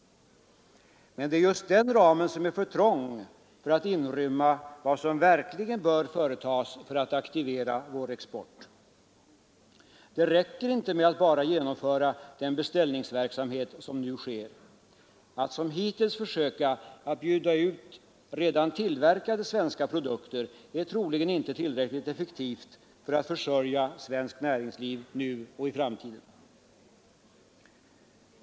Men det är just den ramen som är för trång för att inrymma vad som verkligen bör företas för att aktivera vår export. Det räcker inte med att bara genomföra den beställningsverksamhet som nu sker. Att som hittills försöka att bjuda ut redan tillverkade svenska produkter är troligen inte tillräckligt effektivt för att försörja svenskt näringsliv nu och i framtiden.